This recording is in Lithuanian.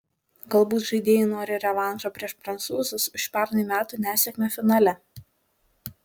galbūt žaidėjai nori revanšo prieš prancūzus už pernai metų nesėkmę finale